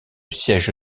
siège